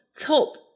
top